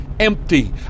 empty